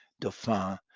Dauphin